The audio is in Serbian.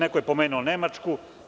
Neko je pomenuo Nemačku.